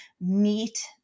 meet